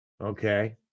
Okay